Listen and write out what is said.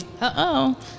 Uh-oh